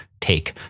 take